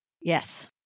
Yes